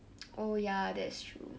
oh ya that's true